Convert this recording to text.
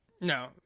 No